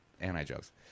anti-jokes